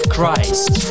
Christ